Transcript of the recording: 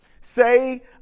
Say